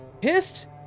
pissed